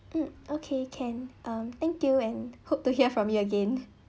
mm okay can um thank you and hope to hear from you again